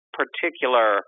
particular